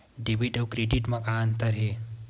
Debit अउ credit म का अंतर हे?